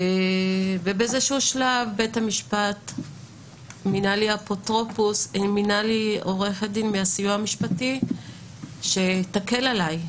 באיזשהו שלב בית המשפט מינה לי עורכת דין מהסיוע המשפטי שתקל עלי.